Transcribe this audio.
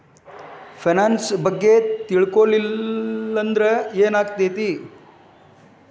Finance ಬಗ್ಗೆ ತಿಳ್ಕೊಳಿಲ್ಲಂದ್ರ ಏನಾಗ್ತೆತಿ?